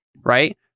right